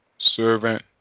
servant